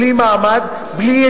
בלי מעמד,